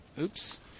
oops